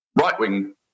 right-wing